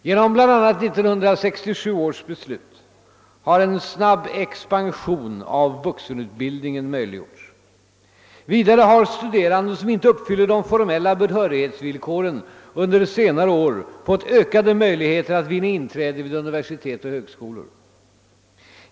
Genom bl.a. 1967 års beslut har en snabb expansion av vuxenutbildningen möjliggjorts. Vidare har studerande, som inte uppfyller de formella behörighetsvillkoren, under senare år fått ökade möjligheter att vinna inträde vid universitet och högskolor.